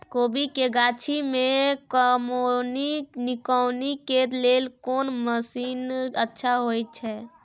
कोबी के गाछी में कमोनी निकौनी के लेल कोन मसीन अच्छा होय छै?